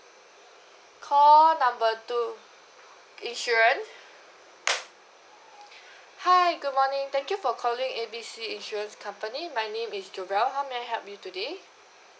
call number two insurance hi good morning thank you for calling A B C insurance company my name is jobelle how may I help you today